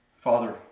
Father